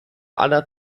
aller